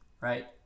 right